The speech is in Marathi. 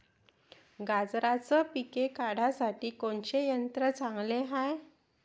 गांजराचं पिके काढासाठी कोनचे यंत्र चांगले हाय?